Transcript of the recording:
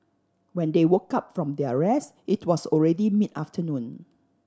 when they woke up from their rest it was already mid afternoon